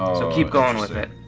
um so keep going with it.